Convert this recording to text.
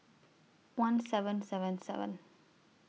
one seven seven seven